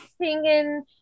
singing